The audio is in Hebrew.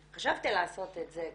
חשבתי לעשות את זה כהפתעה.